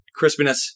crispiness